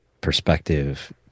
perspective